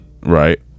Right